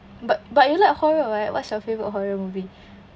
but but you like horror [what] what's your favourite horror movie